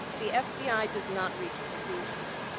the fbi does not reach conclusions.